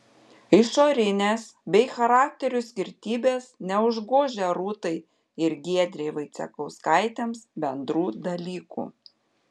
išorinės bei charakterių skirtybės neužgožia rūtai ir giedrei vaicekauskaitėms bendrų dalykų